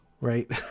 right